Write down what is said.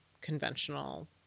conventional